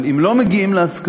אבל אם לא מגיעים להסכמה,